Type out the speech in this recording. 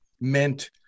meant